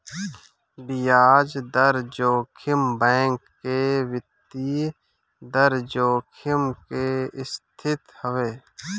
बियाज दर जोखिम बैंक के वित्तीय दर जोखिम के स्थिति हवे